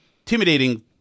intimidating